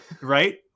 Right